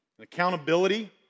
accountability